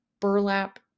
burlap